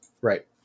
Right